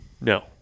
No